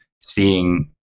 seeing